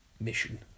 mission